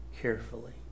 carefully